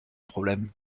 problème